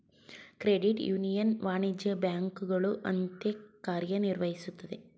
credit union ವಾಣಿಜ್ಯ ಬ್ಯಾಂಕುಗಳ ಅಂತೆ ಕಾರ್ಯ ನಿರ್ವಹಿಸುತ್ತದೆ